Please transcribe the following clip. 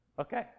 Okay